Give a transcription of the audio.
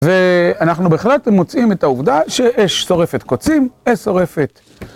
ואנחנו בהחלט מוצאים את העובדה שאש שורפת קוצים, אש שורפת.